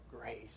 grace